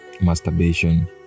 masturbation